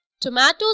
Tomatoes